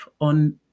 on